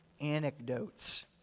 anecdotes